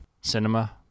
cinema